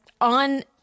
on